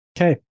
Okay